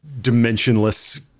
dimensionless